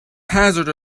hazard